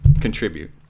contribute